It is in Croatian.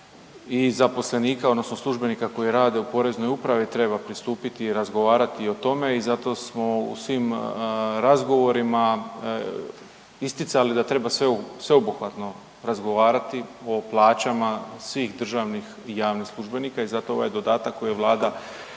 i zaposlenika odnosno službenika koji rade u Poreznoj upravi, treba pristupiti i razgovarati o tome i zato smo u svim razgovorima isticali da treba sveobuhvatno razgovarati o plaćama svih državnih i javnih službenika i zato ovaj dodatak koji je Vlada